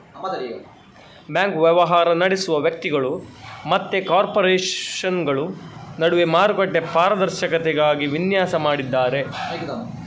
bank ವ್ಯವಹಾರ ನಡೆಸುವ ವ್ಯಕ್ತಿಗಳು ಮತ್ತೆ ಕಾರ್ಪೊರೇಷನುಗಳ ನಡುವೆ ಮಾರುಕಟ್ಟೆ ಪಾರದರ್ಶಕತೆಗಾಗಿ ವಿನ್ಯಾಸ ಮಾಡಿದ್ದಾರೆ